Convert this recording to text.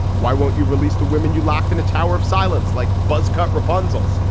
why won't you release the women you locked in a tower of silence like buzzcut rapunzel's?